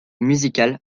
musical